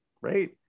right